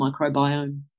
microbiome